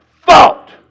fault